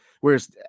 Whereas